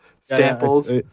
samples